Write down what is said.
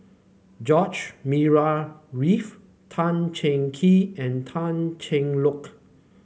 George Murray Reith Tan Cheng Kee and Tan Cheng Lock